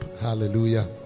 Hallelujah